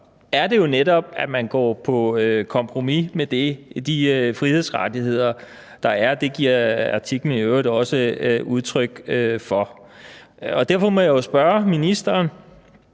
jo netop, at man går på kompromis med de frihedsrettigheder, der er. Og det giver artiklen i øvrigt også udtryk for. Derfor må jeg jo spørge ministeren: